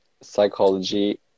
psychology